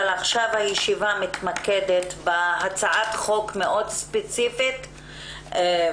אבל הישיבה היום מתמקדת בהצעת החוק הספציפית הזו,